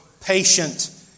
patient